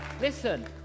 listen